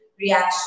reaction